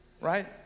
right